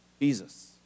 Jesus